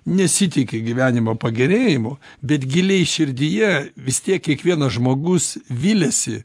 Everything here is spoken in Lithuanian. nesitiki gyvenimo pagerėjimo bet giliai širdyje vis tiek kiekvienas žmogus viliasi